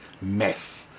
mess